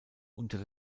unter